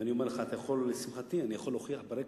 ואני אומר לך: לשמחתי, אני יכול להוכיח ברקורד,